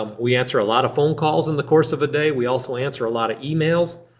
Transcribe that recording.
um we answer a lot of phone calls in the course of a day. we also answer a lot of emails.